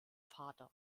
vater